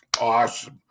Awesome